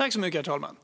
Herr talman!